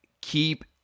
keep